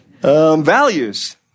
Values